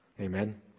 Amen